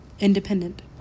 Independent